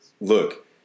look